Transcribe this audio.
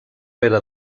era